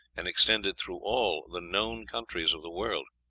and extended through all the known countries of the world.